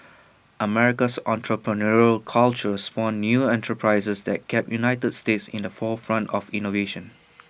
America's entrepreneurial culture spawned new enterprises that kept the united states in the forefront of innovation